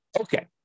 Okay